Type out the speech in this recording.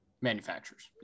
manufacturers